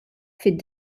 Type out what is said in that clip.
fid